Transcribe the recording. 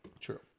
True